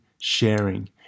sharing